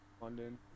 London